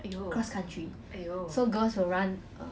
ya all four years I ran then the last year I never run